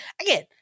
Again